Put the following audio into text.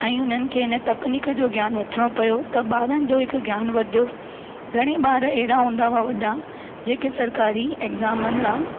ऐं उन्हनि खे इन तकनीक जो ज्ञान वठिणो पियो त ॿारनि जो हिकु ज्ञान वधियो घणे ॿार अहिड़ा हूंदा हुआ वॾा जेके सरकारी एग्ज़ामनि लाइ